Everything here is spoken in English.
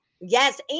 Yes